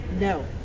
No